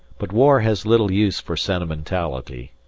but war has little use for sentimentality!